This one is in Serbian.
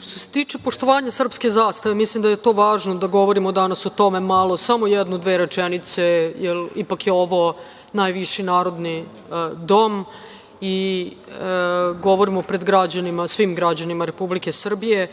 se tiče poštovanja srpske zastave, mislim da je važno da govorimo danas o tome malo, samo jednu dve rečenice, jer ipak je ovo najviši narodni dom i govorimo pred svim građanima Republike Srbije.